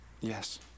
Yes